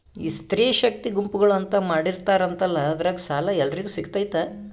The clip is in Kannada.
ಈ ಸ್ತ್ರೇ ಶಕ್ತಿ ಗುಂಪುಗಳು ಅಂತ ಮಾಡಿರ್ತಾರಂತಲ ಅದ್ರಾಗ ಸಾಲ ಎಲ್ಲರಿಗೂ ಸಿಗತೈತಾ?